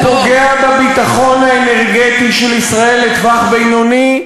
הוא פוגע בביטחון האנרגטי של ישראל לטווח בינוני,